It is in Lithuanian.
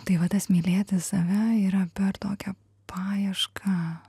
tai va tas mylėti save yra per tokią paiešką